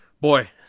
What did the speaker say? Boy